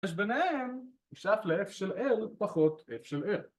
אז ביניהם הוא שאף ל-F של L פחות F של F